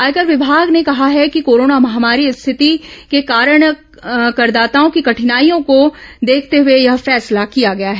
आयकर विभाग ने कहा है कि कोरोना महामारी स्थिति के कारण करदाताओं की कठिनाइयों को देखते हुए यह फैसला किया गया है